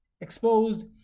exposed